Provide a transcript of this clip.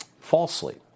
falsely